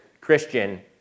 Christian